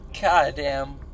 Goddamn